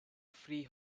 free